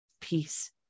peace